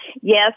Yes